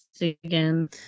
Again